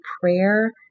prayer